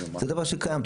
זה דבר שקיים.